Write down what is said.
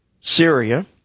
Syria